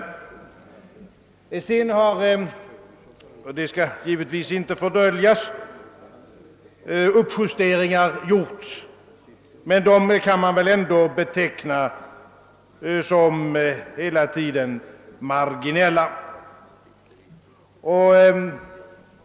Sedan har — och det skall givetvis inte fördöljas — uppjusteringar gjorts men dessa kan betecknas som marginella.